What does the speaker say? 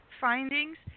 findings